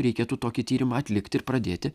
reikėtų tokį tyrimą atlikti ir pradėti